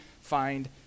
find